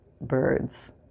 birds